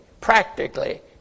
practically